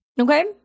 Okay